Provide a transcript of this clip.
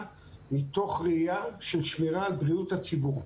מתוך ראייה של שמירה על בריאות הציבור.